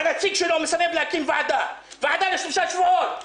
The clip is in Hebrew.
והנציג שלו מסרב להקים ועדה לשלושה שבועות.